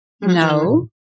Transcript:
No